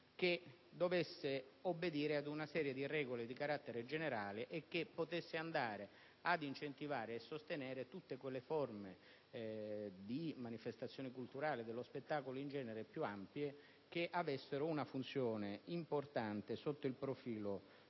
che doveva obbedire ad una serie di regole di carattere generale e che avrebbe potuto incentivare e sostenere tutte le forme di manifestazioni culturali, dello spettacolo in genere, che avessero una funzione importante sotto il profilo sociale,